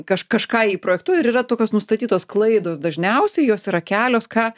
kaž kažką įprojektuoji ir yra tokios nustatytos klaidos dažniausiai jos yra kelios ką